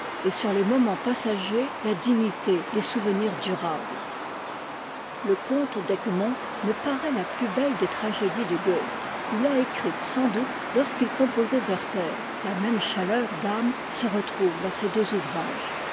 et sur les moments passagers la dignité des souvenirs durables le comte d'egmont me paraît la plus belle des tragédies de goethe il l'a écrite sans doute lorsqu'il composait werther la même chaleur d'âme se retrouve dans ces deux ouvrages